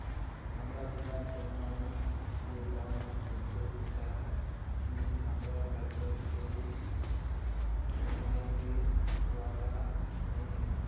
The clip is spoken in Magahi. हमरा बिना जमानत के लोन मिलते चाँह की हमरा घर में कोई कमाबये वाला नय है?